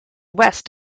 west